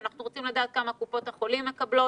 אנחנו רוצים לדעת כמה קופות חולים מקבלות,